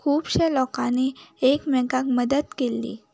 खूबशे लोकांनी एकमेकांक मदत केल्ली